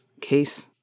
case